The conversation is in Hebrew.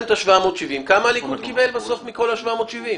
כמה הליכוד קיבל בסוף מכל ה-770?